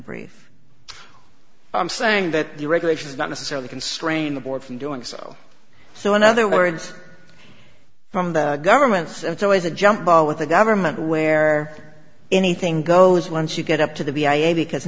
brief i'm saying that the regulations not necessarily constrain the board from doing so so in other words from the government's it's always a jump ball with the government where anything goes once you get up to the b i a because